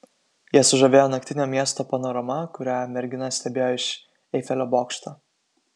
ją sužavėjo naktinio miesto panorama kurią mergina stebėjo iš eifelio bokšto